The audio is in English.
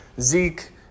Zeke